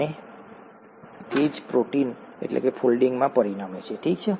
અને તે જ પ્રોટીન ફોલ્ડિંગમાં પરિણમે છે ઠીક છે